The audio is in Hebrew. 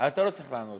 אתה לא צריך לענות,